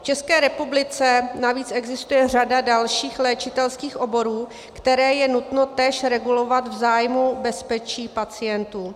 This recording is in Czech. V České republice navíc existuje řada dalších léčitelských oborů, které je nutno též regulovat v zájmu bezpečí pacientů.